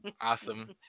awesome